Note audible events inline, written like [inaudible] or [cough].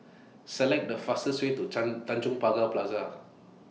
Select The fastest Way to [unintelligible] Tanjong Pagar Plaza